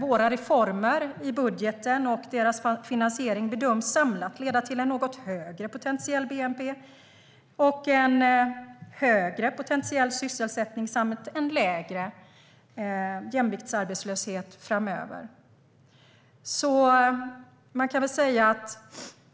Våra reformer i budgeten och deras finansiering bedöms samlat leda till en något högre potentiell bnp och en högre potentiell sysselsättning samt en lägre jämviktsarbetslöshet framöver.